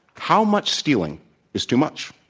how much stealing is too much?